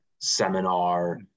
seminar